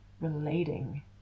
relating